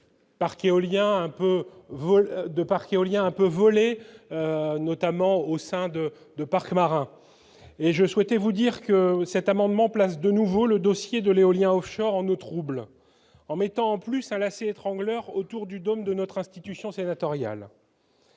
au lien peu voler, notamment au sein de de parcs marins et je souhaitais vous dire que cet amendement place de nouveau le dossier de l'éolien Offshore nous trouble en mettant plus à assez étrangleur autour du dôme de notre institution sénatoriale